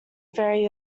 very